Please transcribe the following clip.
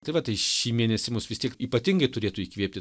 tai va tai šį mėnesį mus vis tiek ypatingai turėtų įkvėpti